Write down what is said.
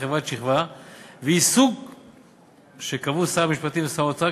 כחברת שכבה והיא מסוג שקבעו שר המשפטים ושר האוצר.